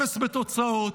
אפס בתוצאות,